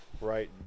right